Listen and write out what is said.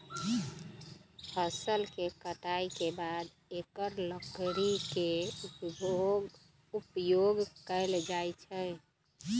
फ़सल के कटाई के बाद एकर लकड़ी के उपयोग कैल जाइ छइ